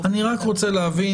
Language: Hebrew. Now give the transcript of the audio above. הגופים --- אני רק רוצה להבין,